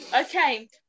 Okay